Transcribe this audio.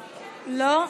לא?